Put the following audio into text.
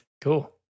Cool